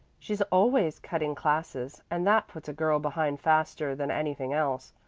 she's always cutting classes, and that puts a girl behind faster than anything else.